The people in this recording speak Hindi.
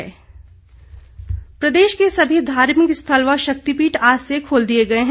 मंदिर प्रदेश के सभी धार्मिक स्थल व शक्तिपीठ आज से खोल दिए गए हैं